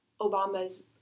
obama's